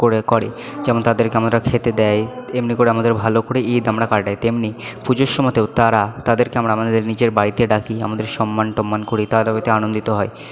করে করে যেমন তাদেরকে আমরা খেতে দেয় এমনি করে আমাদের ভালো করে ঈদ আমরা কাটাই তেমনি পুজোর সমতেও তারা তাদেরকে আমরা আমাদের নিজের বাড়িতে ডাকি আমাদের সম্মান টম্মান করি তারাও এতে আনন্দিত হয়